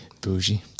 Bougie